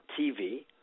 TV